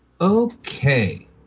Okay